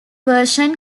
version